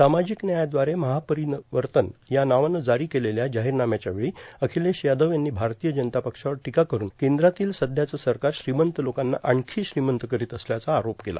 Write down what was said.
सामाजिक न्यायाद्वारे महापरिवर्तन या नावानं जारी केलेल्या या जाहीरनाम्याच्यावेळी अखिलेश यादव यांनी भारतीय जनता पक्षावर टीका करून केंद्रातील सध्याचं सरकार श्रीमंत लोकांना आणखी श्रीमंत करीत असल्याचा आरोप केला